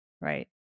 right